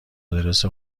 آدرس